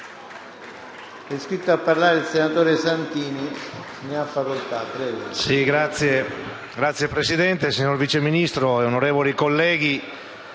Signor Presidente, signor Vice Ministro, onorevoli colleghi,